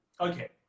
Okay